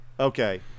Okay